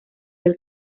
del